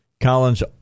Collins